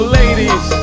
ladies